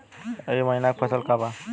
ई क महिना क फसल बा?